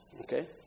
Okay